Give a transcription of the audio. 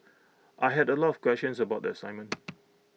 I had A lot of questions about the assignment